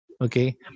okay